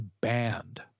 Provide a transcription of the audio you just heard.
banned